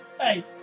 Hey